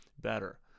better